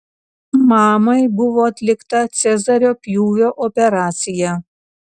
mamai buvo atlikta cezario pjūvio operacija